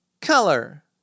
Color